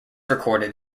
recorded